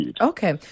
Okay